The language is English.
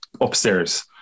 upstairs